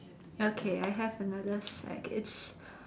okay I have another sack it's